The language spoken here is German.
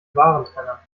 warentrenner